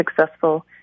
successful